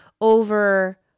over